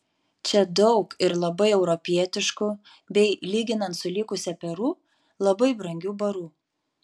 čia daug ir labai europietiškų bei lyginant su likusia peru labai brangių barų